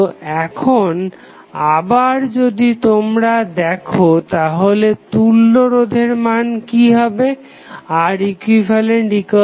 তো এখন আবার যদি তোমরা দেখো তাহলে তুল্য রোধের মান কি হবে Req12